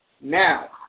Now